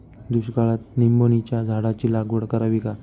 दुष्काळात निंबोणीच्या झाडाची लागवड करावी का?